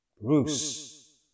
Bruce